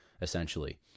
essentially